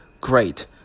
Great